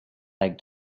like